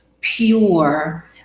pure